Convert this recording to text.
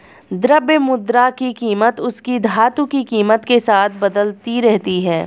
द्रव्य मुद्रा की कीमत उसकी धातु की कीमत के साथ बदलती रहती है